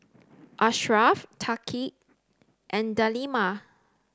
Asharaff Thaqif and Delima